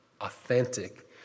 authentic